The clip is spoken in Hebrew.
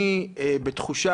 אני בתחושה,